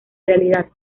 realidad